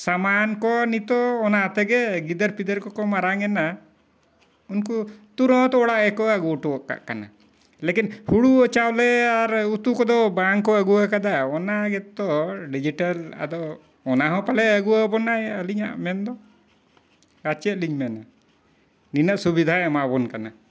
ᱥᱟᱢᱟᱱ ᱠᱚ ᱱᱤᱛᱚᱜ ᱚᱱᱟ ᱛᱮᱜᱮ ᱜᱤᱫᱟᱹᱨ ᱯᱤᱫᱟᱹᱨ ᱠᱚᱠᱚ ᱢᱟᱨᱟᱝ ᱮᱱᱟ ᱩᱱᱠᱩ ᱛᱩᱨᱟᱹᱛ ᱚᱲᱟᱜ ᱜᱮᱠᱚ ᱟᱹᱜᱩ ᱦᱚᱴᱚ ᱠᱟᱜ ᱠᱟᱱᱟ ᱞᱮᱠᱤᱱ ᱦᱩᱲᱩ ᱪᱟᱣᱞᱮ ᱟᱨ ᱩᱛᱩ ᱠᱚᱫᱚ ᱵᱟᱝ ᱠᱚ ᱟᱹᱜᱩ ᱟᱠᱟᱫᱟ ᱚᱱᱟ ᱜᱮᱛᱚ ᱰᱤᱡᱤᱴᱟᱞ ᱟᱫᱚ ᱚᱱᱟ ᱦᱚᱸ ᱯᱟᱞᱮ ᱟᱹᱜᱩ ᱟᱵᱚᱱᱟᱭ ᱟᱹᱞᱤᱧᱟᱜ ᱢᱮᱱᱫᱚ ᱟᱨ ᱪᱮᱫᱞᱤᱧ ᱢᱮᱱᱟ ᱱᱤᱱᱟᱹᱜ ᱥᱩᱵᱤᱫᱷᱟᱭ ᱮᱢᱟᱵᱚᱱ ᱠᱟᱱᱟᱭ